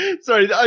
sorry